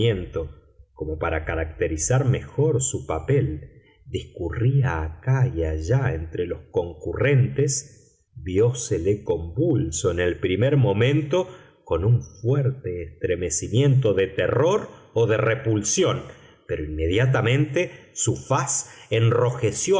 como para caracterizar mejor su papel discurría acá y allá entre los concurrentes viósele convulso en el primer momento con un fuerte estremecimiento de terror o de repulsión pero inmediatamente su faz enrojeció